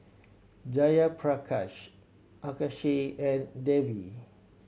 Jayaprakash Akshay and Devi